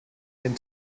den